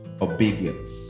obedience